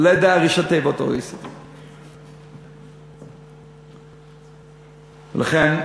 הוא לא יודע את ראשי התיבות OECD. ולכן,